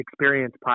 Experience